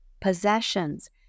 possessions